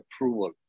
approval